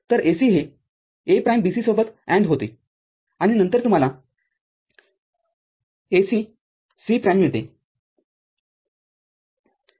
तर AC हे A प्राईमBC सोबत AND होते आणि नंतर तुम्हाला A C C प्राईममिळते